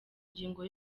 ngingo